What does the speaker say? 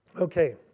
Okay